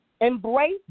embrace